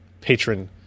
patron